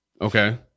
okay